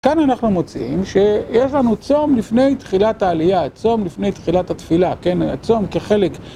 כאן אנחנו מוצאים שיש לנו צום לפני תחילת העלייה, צום לפני תחילת התפילה, כן? צום כחלק.